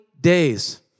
days